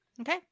okay